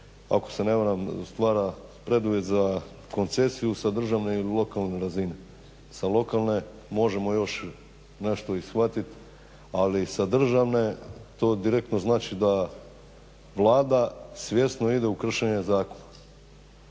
ako se ne varam stvara preduvjet za koncesiju sa državne ili lokalne razine. Sa lokalne možemo još nešto i shvatiti, ali sa državne to direktno znači da Vlada svjesno ide u kršenje zakona